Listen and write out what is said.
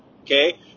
Okay